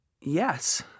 Yes